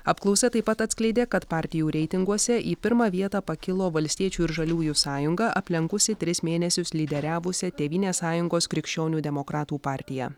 apklausa taip pat atskleidė kad partijų reitinguose į pirmą vietą pakilo valstiečių ir žaliųjų sąjunga aplenkusi tris mėnesius lyderiavusią tėvynės sąjungos krikščionių demokratų partiją